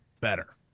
better